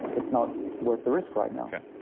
it's not worth the risk right now okay.